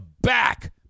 back